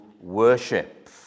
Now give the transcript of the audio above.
worship